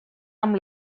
amb